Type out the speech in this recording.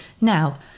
Now